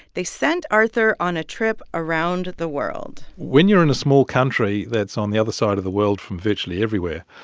they sent arthur on a trip around the world when you're in a small country that's on the other side of the world from virtually everywhere,